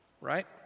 Right